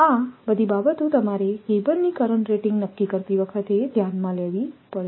આ બધી બાબતો તમારે કેબલની કરંટ રેટિંગ નક્કી કરતી વખતે ધ્યાનમાં લેવી પડશે